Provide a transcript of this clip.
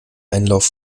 einlauf